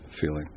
feeling